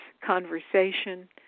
conversation